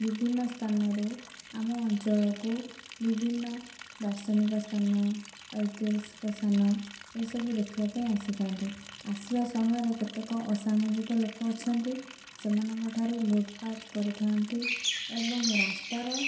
ବିଭିନ୍ନ ସ୍ଥାନରୁ ଆମ ଅଞ୍ଚଳକୁ ବିଭିନ୍ନ ଦାର୍ଶନିକ ସ୍ଥାନ ଐତିହାସିକ ସ୍ଥାନ ଏସବୁ ଦେଖିବା ପାଇଁ ଆସିଥାନ୍ତି ଆସିବା ସମୟରେ କେତେକ ଅସାମାଜିକ ଲୋକ ଅଛନ୍ତି ସେମାନଙ୍କ ଠାରୁ ଲୁଟ୍ ପାଟ୍ କରିଥାନ୍ତି ଏବଂ ରାସ୍ତାର